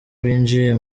binjiye